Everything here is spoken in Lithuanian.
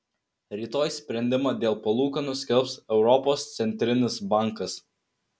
rytoj sprendimą dėl palūkanų skelbs europos centrinis bankas